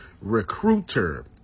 Recruiter